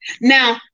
now